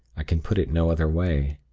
i can put it no other way.